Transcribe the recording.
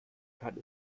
kann